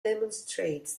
demonstrates